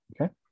Okay